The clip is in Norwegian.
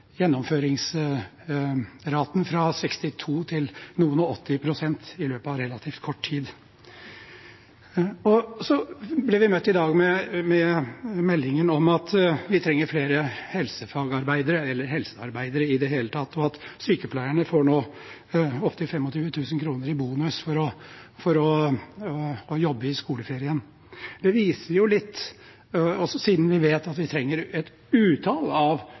gjennomføringsraten fra 62 pst. til noen og åtti prosent i løpet av relativt kort tid – og dette ved statsråden godt, siden hun har vært der. I dag ble vi møtt med meldingen om at vi trenger flere helsefagarbeidere, eller helsearbeidere i det hele tatt, og at sykepleierne nå får opptil 25 000 kr i bonus for å jobbe i skoleferien. Det viser ikke minst – også siden vi vet at vi trenger et utall av